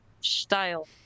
style